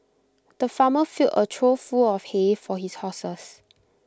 the farmer filled A trough full of hay for his horses